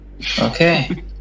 Okay